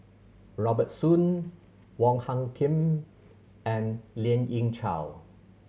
Robert Soon Wong Hung Khim and Lien Ying Chow